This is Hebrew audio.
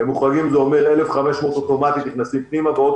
זה אומר ש-1,500 אוטומטית נכנסים פנימה ועוד